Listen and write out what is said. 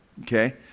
okay